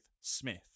Smith